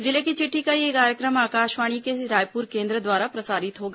जिले की चिट्ठी का यह कार्यक्रम आकाशवाणी के रायपुर केंद्र द्वारा प्रसारित होगा